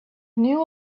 knew